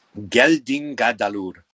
Geldingadalur